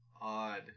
odd